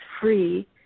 free